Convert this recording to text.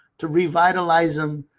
to revitalize them,